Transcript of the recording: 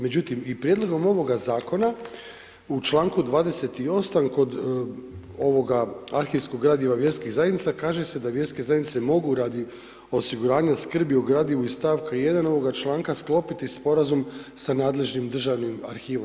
Međutim, i prijedlogom ovoga zakona u članku 28. kod ovoga arhivskog gradiva vjerskih zajednica, kaže se da vjerske zajednice, mogu radi osiguranja skrbi u gradivu i stavki 1. ovoga članka, sklopiti sporazum sa nadležnim državnim arhivima.